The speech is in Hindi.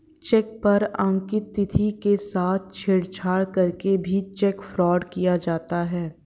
चेक पर अंकित तिथि के साथ छेड़छाड़ करके भी चेक फ्रॉड किया जाता है